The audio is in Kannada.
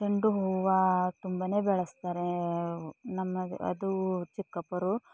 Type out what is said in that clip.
ಚೆಂಡು ಹೂವು ತುಂಬನೇ ಬೆಳೆಸ್ತಾರೆ ನಮಗೆ ಅದು ಚಿಕ್ಕಪ್ಪೋರು